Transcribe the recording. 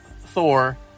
Thor